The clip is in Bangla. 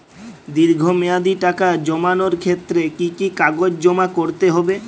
দীর্ঘ মেয়াদি টাকা জমানোর ক্ষেত্রে কি কি কাগজ জমা করতে হবে?